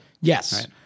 Yes